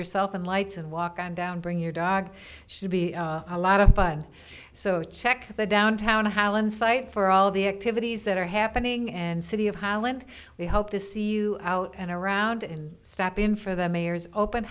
yourself in lights and walk on down bring your dog should be a lot of fun so check the downtown highland site for all the activities that are happening and city of holland we hope to see you out and around in stop in for the mayor's open